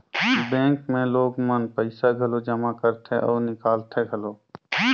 bank मे लोग मन पइसा घलो जमा करथे अउ निकालथें घलो